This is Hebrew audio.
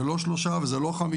זה לא שלושה, וזה לא חמישה.